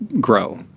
grow